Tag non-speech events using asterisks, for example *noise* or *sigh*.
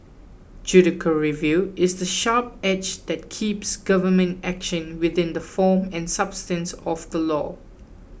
*unintelligible* review is the sharp edge that keeps government action within the form and substance of the law